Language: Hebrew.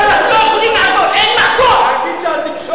אין מעקות.